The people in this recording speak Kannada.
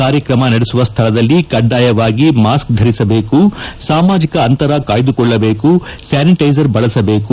ಕಾರ್ಯಕ್ರಮ ನಡೆಸುವ ಸ್ಥಳದಲ್ಲಿ ಕಡ್ಡಾಯವಾಗಿ ಮಾಸ್ಕ್ ಧರಿಸಬೇಕು ಸಾಮಾಜಿಕ ಅಂತರ ಕಾಯ್ದಕೊಳ್ಳಬೇಕು ಸ್ಥಾನಿಟ್ಟೆಸರ್ ಬಳಸಬೇಕು